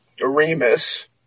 Remus